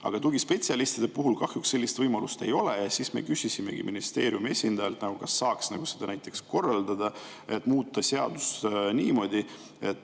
aga tugispetsialistide puhul kahjuks sellist võimalust ei ole. Me küsisimegi ministeeriumi esindajalt, kas saaks seda korraldada nii, muuta seadust niimoodi, et